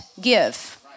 give